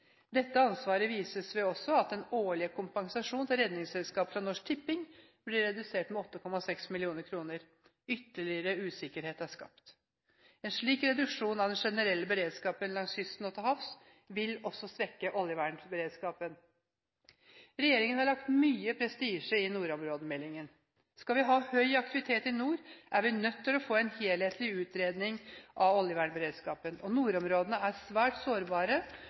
Dette ansvaret vises også ved at den årlige kompensasjonen til Redningsselskapet fra Norsk Tipping blir redusert med 8,6 mill. kr. Ytterligere usikkerhet er skapt. En slik reduksjon av den generelle beredskapen langs kysten og til havs vil også svekke oljevernberedskapen. Regjeringen har lagt mye prestisje i nordområdemeldingen. Skal vi ha høy aktivitet i nord, er vi nødt til å få en helhetlig utredning av oljevernberedskapen. Nordområdene er svært sårbare.